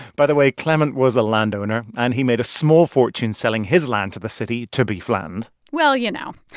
by the way, clement was a landowner, and he made a small fortune selling his land to the city to be flattened well, you know.